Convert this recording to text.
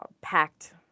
packed